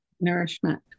nourishment